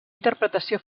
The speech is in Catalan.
interpretació